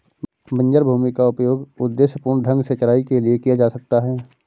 बंजर भूमि का उपयोग उद्देश्यपूर्ण ढंग से चराई के लिए किया जा सकता है